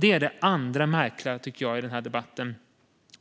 Det andra som är märkligt i den här debatten,